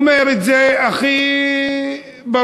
הוא אומר את זה הכי ברור,